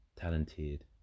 talented